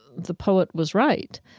the poet was right,